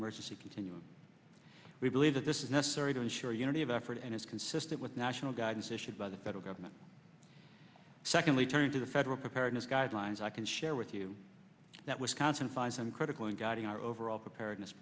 emergency continuum we believe that this is necessary to ensure unity of effort and is consistent with national guidance issued by the federal government secondly turning to the federal preparedness guidelines i can share with you that wisconsin find some critical in guiding our overall preparedness